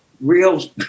real